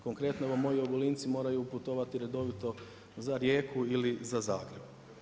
Konkretno evo moji Ogulinci moraju putovati redovito za Rijeku ili za Zagreb.